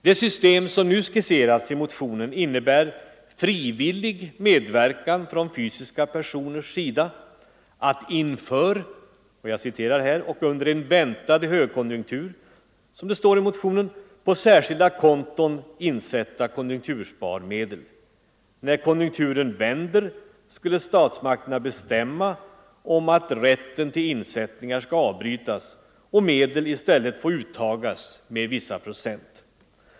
Det system som nu skisserats i motionen innebär frivillig medverkan från fysiska personers sida ”att inför och under en väntad högkonjunktur”, som det står i motionen, på särskilda konton insätta konjunktursparmedel. När konjunkturen vänder skulle statsmakterna bestämma om att rätten till insättningar skall avbrytas och medel i stället få uttagas med vissa procent.